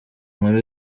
nkuru